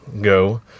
go